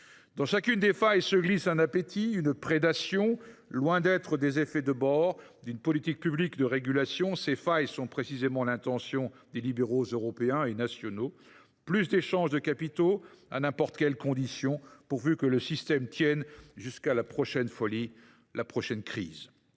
Dans chacune des failles se glisse un appétit, une prédation. Loin d’être des effets de bords d’une politique publique de régulation, ces failles correspondent précisément à l’intention des libéraux européens et nationaux : plus d’échanges de capitaux, à n’importe quelles conditions, pourvu que le système tienne jusqu’à la prochaine folie, jusqu’à la prochaine crise…